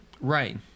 Right